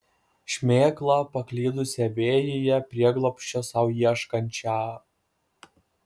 šmėklą paklydusią vėjyje prieglobsčio sau ieškančią